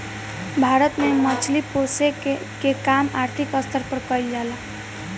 भारत में मछली पोसेके के काम आर्थिक स्तर पर कईल जा ला